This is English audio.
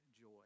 joy